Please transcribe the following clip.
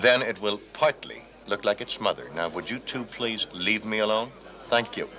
then it will partly look like its mother now would you too please leave me alone thank you